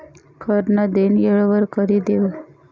कर नं देनं येळवर करि देवं